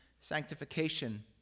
sanctification